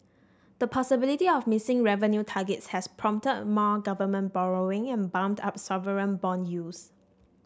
the possibility of missing revenue targets has prompted more government borrowing and bumped up sovereign bond yields